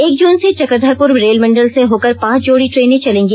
एक जून से चक्रधरपुर रेलमंडल से होकर पांच जोड़ी ट्रेनें चलेंगी